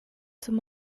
zum